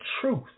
truth